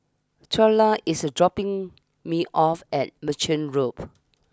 Twyla is dropping me off at Merchant Loop